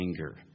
anger